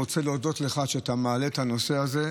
רוצה להודות לך על כך שאתה מעלה את הנושא הזה.